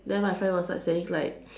then my friend was like saying like